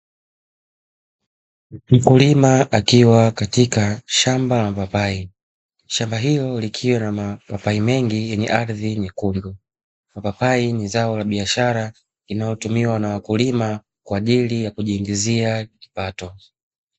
Mkulima akiwa katika shamba la mapapai, shamba hilo likiwa na mapapai mengi lenye ardhi nyekundu. Mapapai ni zao la biashara linalotumiwa na wakulima kwa ajili ya kujiingizia kipato.